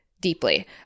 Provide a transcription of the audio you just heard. deeply